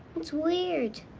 it's weird.